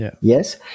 Yes